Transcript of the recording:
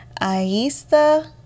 Aista